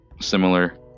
similar